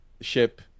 ship